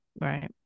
right